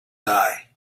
die